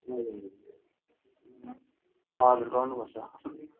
हजुर गर्नु पर्छ